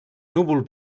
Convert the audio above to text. núvol